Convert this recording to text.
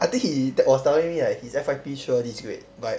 I think he was telling me like his F_Y_P sure this grade but